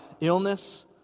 illness